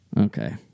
Okay